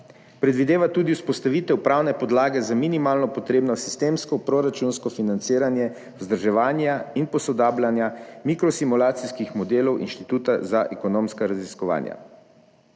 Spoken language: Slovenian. predvideva tudi vzpostavitev pravne podlage za minimalno potrebno sistemsko proračunsko financiranje vzdrževanja in posodabljanja mikro-simulacijskih modelov Inštituta za ekonomska raziskovanja.